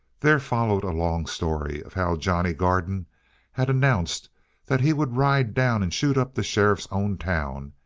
there followed a long story of how johnny garden had announced that he would ride down and shoot up the sheriff's own town,